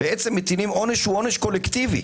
מטילים עונש קולקטיבי.